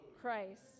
Christ